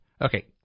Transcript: Okay